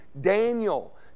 Daniel